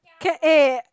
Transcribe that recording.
cat A